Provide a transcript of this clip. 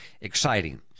exciting